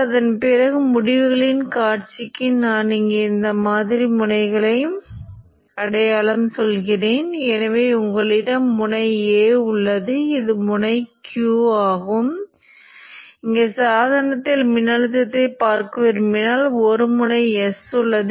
அதைத்தான் நாம் இங்கு காண்பித்துள்ளோம் மற்றும் ஸ்விட்ச் ஆஃப் ஆகும் போது தூண்டல் மின்னோட்டம் இந்த பாணியில் ஃப்ரீவீலிங் ஆகும் மற்றும் Vp 0 ஆகும்